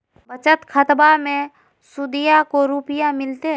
बचत खाताबा मे सुदीया को रूपया मिलते?